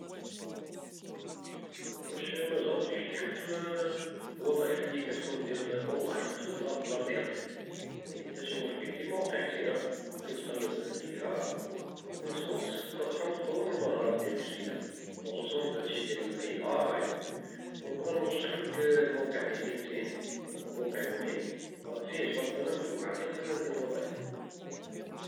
واش مجربتيشي تشوف الوظائف لي كتكون أونلاين، تقدر تخدم من الدار ديالك، كاين أماكن كثيرة فين تقدر تقلب عليها، وفي نفس الوقت حاول تطور من المهارات ديالك الجديدة خاصة هدشي ديال الإي آي ونقدر نرشحلك الموقع ديال لينكدن وهو موقع مهم وفيه مجموعة ديال الوظائف.